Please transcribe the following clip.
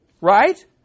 Right